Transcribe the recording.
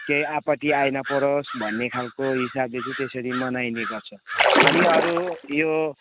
केही आपत्ति आइनपरोस् भन्ने खालको हिसाबले चाहिँ त्यसरी मनाइने गर्छ अनि अरू यो